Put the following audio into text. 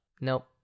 Nope